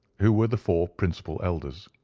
who were the four principal elders.